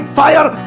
fire